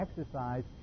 exercise